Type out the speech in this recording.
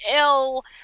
ill